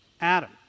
Adam